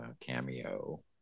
cameo